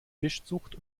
fischzucht